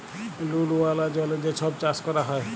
লুল ওয়ালা জলে যে ছব চাষ ক্যরা হ্যয়